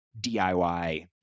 DIY